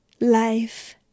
life